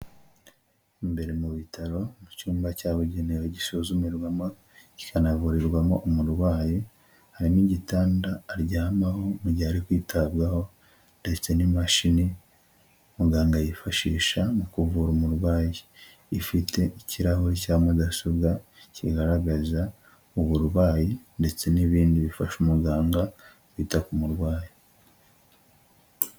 Imbere mu bitaro mu cyumba cyabugenewe gisuzumirwamo kikanavurirwamo umurwayi hari n'igitanda aryamaho mu gihe ari kwitabwaho ndetse n'imashini muganga yifashisha mu kuvura umurwayi ifite ikirahuri cya mudasobwa kigaragaza uburwayi ndetse n'ibindi bifasha umuganga kwita ku murwayi.